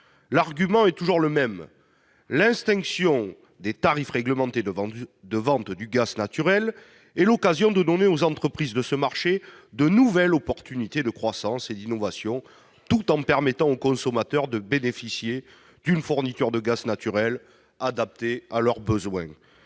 L'argument est toujours le même : l'extinction des tarifs réglementés de vente du gaz naturel est l'occasion de donner aux entreprises de ce marché de nouvelles occasions de croissance et d'innovation, tout en permettant aux consommateurs de bénéficier d'une fourniture de gaz naturel adaptée à leurs besoins.